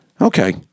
Okay